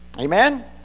Amen